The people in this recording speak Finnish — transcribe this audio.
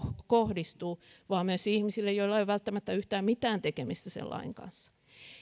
kohdistuu vaan myös ihmisille joilla ei ole välttämättä yhtään mitään tekemistä sen lain kanssa